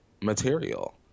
material